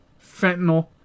fentanyl